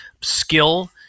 skill